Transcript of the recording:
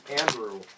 Andrew